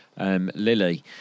Lily